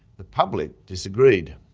the public disagreed,